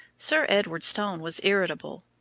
sir edward's tone was irritable.